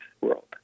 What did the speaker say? world